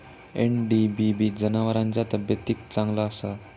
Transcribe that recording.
NDBB जनावरांच्या तब्येतीक चांगला असता